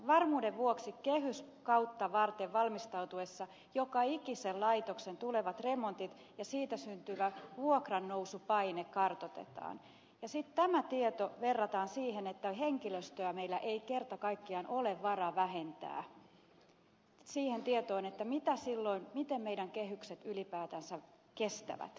varmuuden vuoksi kehyskautta varten valmistauduttaessa joka ikisen laitoksen tulevat remontit ja niistä syntyvä vuokrannousupaine kartoitetaan ja sitten kun tiedetään että henkilöstöä meillä ei kerta kaikkiaan ole varaa vähentää tätä verrataan siihen tietoon miten meidän kehyksemme ylipäätänsä kestävät